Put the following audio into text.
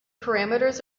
parameters